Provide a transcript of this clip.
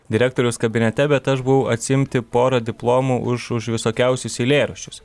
direktoriaus kabinete bet aš buvau atsiimti porą diplomų už už visokiausius eilėraščius